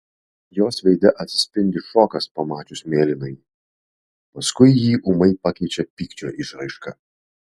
jos veide atsispindi šokas pamačius mėlynąjį paskui jį ūmai pakeičia pykčio išraiška